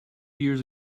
years